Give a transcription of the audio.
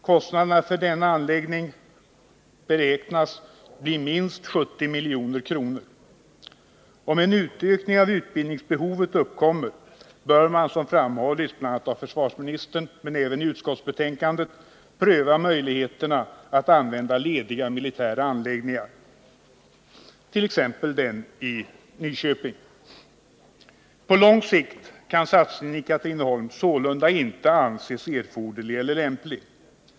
Kostnaderna för denna anläggning beräknas bli minst 70 milj.kr. Om en utökning av utbildningsbehovet uppkommer bör man, som framhållits både av försvarsministern och i utskottsbetänkandet, pröva möjligheterna att använda lediga militära anläggningar, t.ex. den i Nyköping. På lång sikt kan satsningen i Katrineholm sålunda inte anses erforderlig eller lämplig.